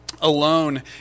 alone